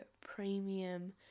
premium